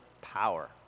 power